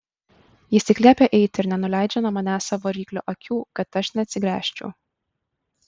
jis tik liepia eiti ir nenuleidžia nuo manęs savo ryklio akių kad aš neatsigręžčiau